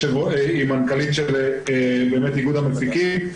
היא מנכ"לית של איגוד המפיקים.